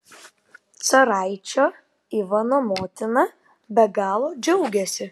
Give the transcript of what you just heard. caraičio ivano motina be galo džiaugiasi